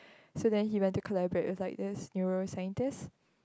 so then he went to collaborate with like this neuro scientist